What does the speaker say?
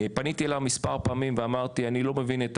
פניתי אליו מספר פעמים ואמרתי לו שאני לא מבין את